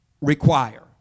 require